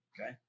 Okay